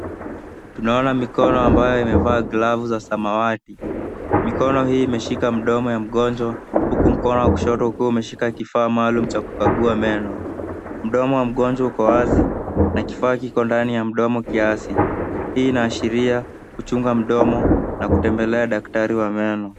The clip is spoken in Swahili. Tunaona mikono ambayo imevaa glavu za samawati. mikono hii imeshika mdomo ya mgonjwa huku mkono wa kushoto ukiwa umeshika kifaa maalum cha kukagua meno. Mdomo wa mgonjwa uko wazi na kifaa kiko ndani ya mdomo kiasi. Hii inaashiria kuchunga mdomo na kutembelea daktari wa meno.